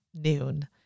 noon